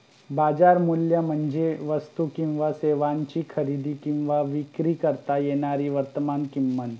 बाजार मूल्य म्हणजे वस्तू किंवा सेवांची खरेदी किंवा विक्री करता येणारी वर्तमान किंमत